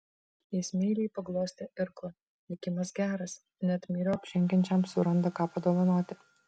jis meiliai paglostė irklą likimas geras net myriop žengiančiam suranda ką padovanoti